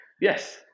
yes